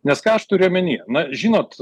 nes ką aš turiu omeny na žinot